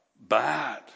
bad